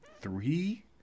three